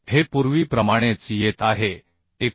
हे पूर्वीप्रमाणेच येत आहे 89